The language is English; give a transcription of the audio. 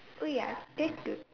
oh ya that's good